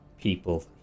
people